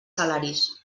salaris